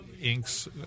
inks